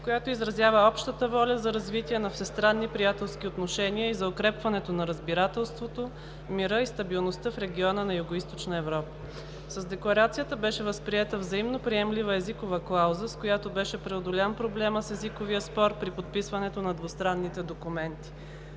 която изразява общата воля за развитие на всестранни приятелски отношения и за укрепването на разбирателството, мира и стабилността в региона на Югоизточна Европа. С декларацията беше възприета взаимно приемлива „езикова клауза“, с която беше преодолян проблемът с езиковия спор при подписването на двустранните документи.